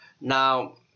now